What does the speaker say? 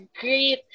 great